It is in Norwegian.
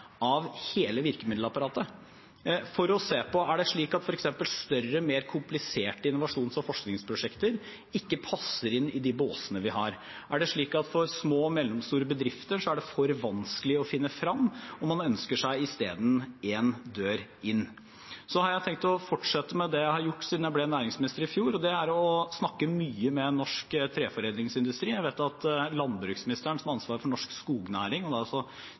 av hele virkemiddelapparatet for å se på om det er slik at f.eks. større, mer kompliserte innovasjons- og forskningsprosjekter ikke passer inn i de båsene vi har. Er det slik at for små og mellomstore bedrifter er det for vanskelig å finne frem, og man ønsker seg i stedet én dør inn? Så har jeg tenkt å fortsette med det jeg har gjort siden jeg ble næringsminister i fjor, og det er å snakke mye med norsk treforedlingsindustri. Jeg vet at landbruksministeren, som har ansvar for norsk skognæring og da også tilfanget av råstoff, også er